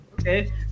okay